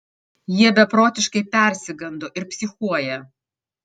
jie beprotiškai persigando ir psichuoja